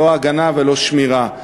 לא הגנה ולא שמירה.